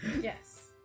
yes